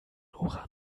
nora